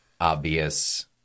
obvious